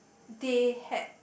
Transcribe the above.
they had